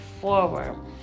forward